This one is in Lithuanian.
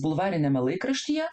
bulvariniame laikraštyje